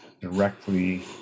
directly